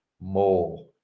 more